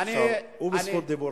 הוא ברשות דיבור.